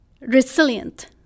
resilient